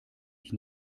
ich